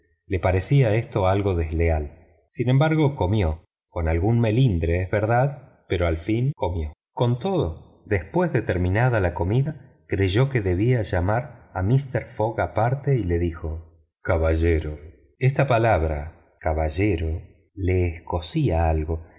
le parecía algo desleal sin embargo comió con algún melindre es verdad pero al fin comió con todo después de terminada la comida creyó que debía llamar a mister fogg aparte y le dijo caballero esta palabra caballero le escocía algo